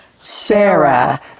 Sarah